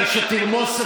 ביקשנו.